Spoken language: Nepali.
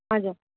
हजुर